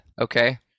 Okay